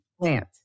plant